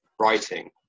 writing